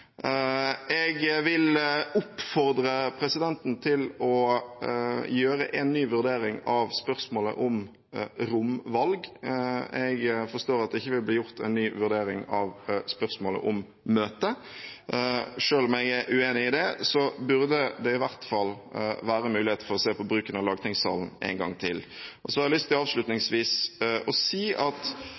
Jeg vil oppfordre presidenten til å gjøre en ny vurdering av spørsmålet om romvalg. Jeg forstår at det ikke vil bli gjort en ny vurdering av spørsmålet om møte, selv om jeg er uenig i det, men det burde i hvert fall være mulighet for å se på bruken av lagtingssalen en gang til. Så har jeg avslutningsvis lyst til å si at